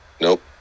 Nope